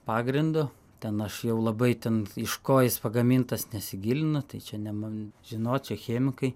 pagrindu ten aš jau labai ten iš ko jis pagamintas nesigilinu tai čia ne ma žinot čia chemikai